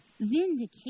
Vindication